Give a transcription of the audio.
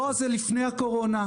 לא, זה לפני הקורונה.